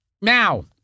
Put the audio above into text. Now